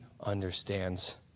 understands